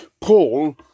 Paul